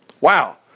Wow